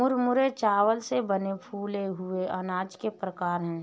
मुरमुरे चावल से बने फूले हुए अनाज के प्रकार है